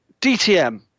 DTM